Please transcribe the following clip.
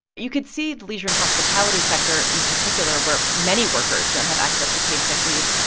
you could see the leisure and hospitality sector in particular, where many workers don't have access to paid sick leave,